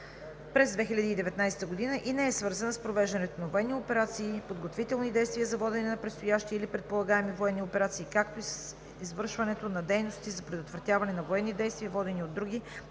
през 2019 г. и не е свързана с провеждането на военни операции, подготвителни действия за водене на предстоящи или предполагаеми военни операции, както и с извършването на дейности за предотвратяване на военни действия, водени от други